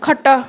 ଖଟ